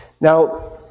Now